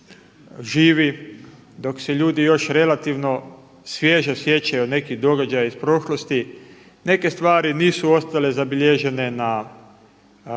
živi, dok se ljudi još relativno svježe sjećaju nekih događaja iz prošlosti, neke stvari nisu ostale zabilježene na pisanom